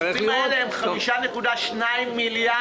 הכספים האלה זה 5.2 מיליארד.